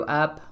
up